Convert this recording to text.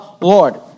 Lord